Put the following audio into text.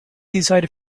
decided